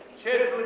to